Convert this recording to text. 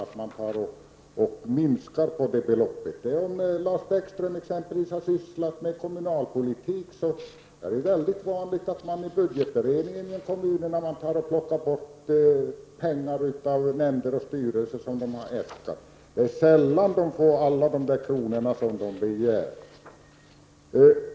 Om Lars Bäckström sysslat med kommunalpolitik vet han att det i budgetberedningar är vanligt att man skär ned på nämnders och styrelsers anslagsäskanden. Det är sällan som nämnderna och styrelserna får alla de kronor de begär.